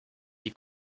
die